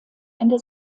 ende